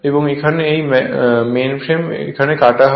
এবং এখানে এই মেইনফ্রেমে এটি কাটা হয়